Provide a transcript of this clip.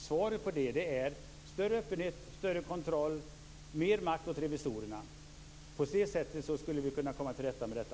Svaret på detta är: större öppenhet, större kontroll, mer makt åt revisorerna. På det sättet skulle vi kunna komma till rätta med detta.